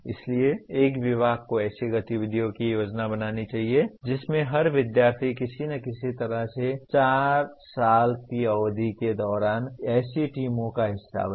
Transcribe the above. इसलिए एक विभाग को ऐसी गतिविधियों की योजना बनानी चाहिए जिसमें हर विद्यार्थी किसी न किसी तरह से 4 साल की अवधि के दौरान ऐसी टीमों का हिस्सा बने